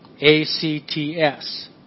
A-C-T-S